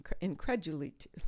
incredulity